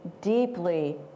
deeply